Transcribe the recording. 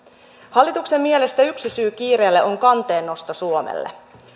hallituksen mielestä yksi syy kiireeseen on kanteen nosto suomelle